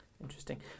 Interesting